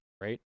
right